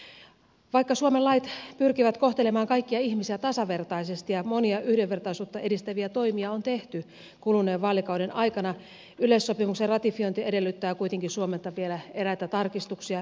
vaikka suomen lait pyrkivät kohtelemaan kaikkia ihmisiä tasavertaisesti ja monia yhdenvertaisuutta edistäviä toimia on tehty kuluneen vaalikauden aikana yleissopimuksen ratifiointi edellyttää kuitenkin suomelta vielä eräitä tarkistuksia yhdenvertaisuuslainsäädäntöön